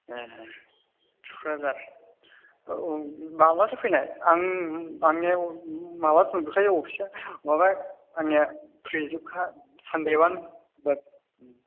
ए थुक्राझार औ औ माब्लाथो फैनाय आं आंनियाव माबा बुंदोबखायो अफिसआ माबा आंनिया फ्रिजोबखा सानदेबानो बाद